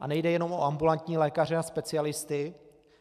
A nejde jenom o ambulantní lékaře a specialisty